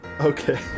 Okay